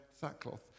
sackcloth